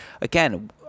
again